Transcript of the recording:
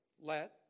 let